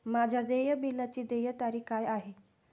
माझ्या देय बिलाची देय तारीख काय आहे?